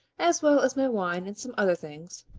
as well as my wine and some other things,